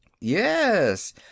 Yes